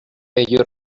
ello